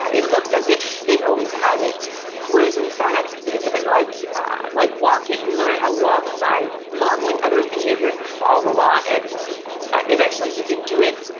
ah it looks as if they've always had whereas in fact it's it's a bit like ah like walking. you learn how to walk by modeling other's behavior and you fall a lot and eventually you can do it